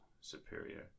superior